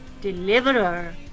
deliverer